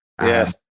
yes